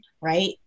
right